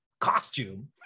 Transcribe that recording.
costume